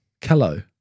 Hello